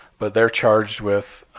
but they're charged with